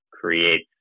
creates